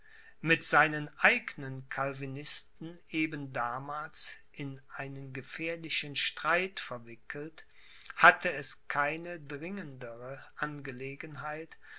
mit seinen eignen calvinisten eben damals in einen gefährlichen streit verwickelt hatte es keine dringendere angelegenheit